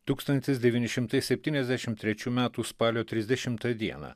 tūkstantis devyni šimtai septyniasdešim trečių metų spalio trisdešimtą dieną